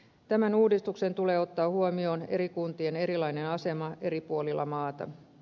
tämän uudistuksen tulee ottaa huomioon eri kuntien erilainen asema eri puolilla maata